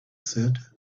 said